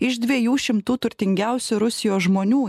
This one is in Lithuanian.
iš dviejų šimtų turtingiausių rusijos žmonių